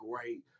great